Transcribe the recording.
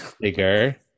bigger